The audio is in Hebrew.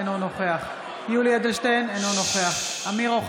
אינו נוכח יולי יואל אדלשטיין,